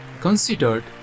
considered